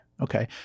Okay